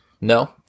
No